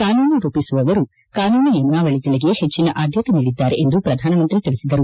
ಕಾನೂನು ರೂಪಿಸುವವರು ಕಾನೂನು ನಿಯಾಮಾವಳಿಗೆ ಪೆಟ್ಟಿನ ಆದ್ಕಕೆ ನೀಡಿದ್ದಾರೆ ಎಂದು ಪ್ರಧಾನಮಂತ್ರಿ ತಿಳಿಸಿದರು